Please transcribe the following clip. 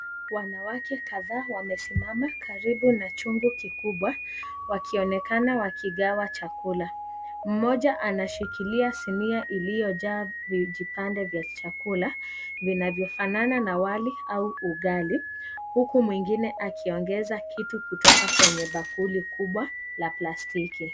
Wanawake kadhaa wamesimama karibu na chungu kikubwa wakionekana wakigawa chakula. Mmoja anashikila sinia iliyojaa vijipange vya chakula vinavyofanana na wali au ugali huku mwingine akiongeza kitu kutoka kwenye bakuli kubwa la plastiki.